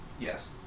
Yes